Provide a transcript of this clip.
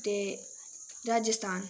ते राजस्थान